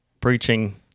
preaching